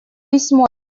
письмо